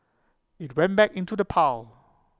IT went back into the pile